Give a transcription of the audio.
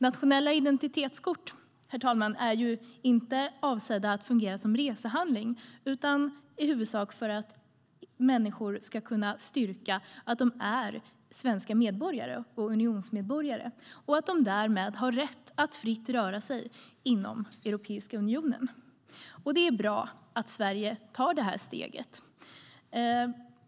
Nationella identitetskort, herr talman, är inte avsedda att fungera som resehandlingar utan är i huvudsak till för att människor ska kunna styrka att de är svenska medborgare och unionsmedborgare och att de därmed har rätt att fritt röra sig inom Europeiska unionen. Det är bra att Sverige tar det här steget.